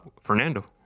Fernando